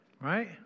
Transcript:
Right